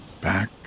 back